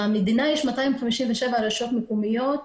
במדינה יש 257 רשויות מקומיות,